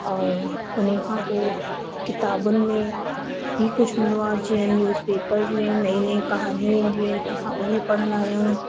ऐं उन खां पोइ किताबनि में ई कुझु हूंदो आहे जीअं न्यूज पेपर्स में नई नई कहानियूं ईंदियूं आहिनि असां उहे पढ़ंदा आहियूं